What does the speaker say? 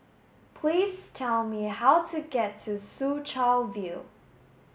please tell me how to get to Soo Chow View